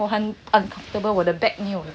我很 uncomfortable 我的 back 没有